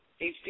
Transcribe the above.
HD